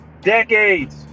decades